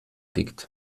liegt